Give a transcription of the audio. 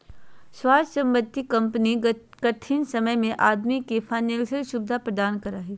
स्वास्थ्य बीमा कंपनी कठिन समय में आदमी के फाइनेंशियल सुविधा प्रदान करा हइ